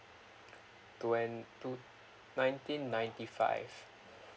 twen~ two nineteen ninety five